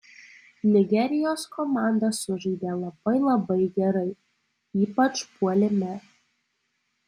nigerijos komanda sužaidė labai labai gerai ypač puolime